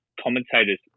commentators